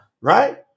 Right